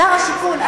שר השיכון,